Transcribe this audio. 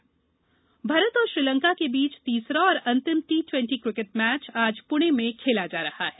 cricket Bharat और श्रीलंका के बीच तीसरा और अंतिम टी ट्वेंटी क्रिकेट मैच आज पुणे में खेला जा रहा है